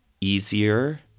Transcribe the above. easier